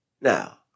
Now